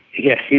yes,